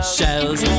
Shells